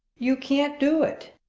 you can't do it,